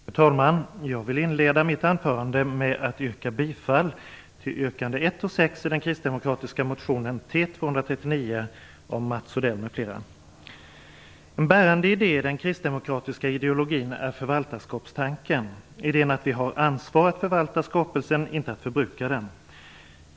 Fru talman! Jag vill inleda mitt anförande med att yrka bifall till yrkande 1 och 6 i den kristdemokratiska motionen T239 av Mats Odell m.fl. En bärande idé i den kristdemokratiska ideologin är förvaltarskapstanken, idén att vi har ansvar att förvalta skapelsen inte att förbruka den.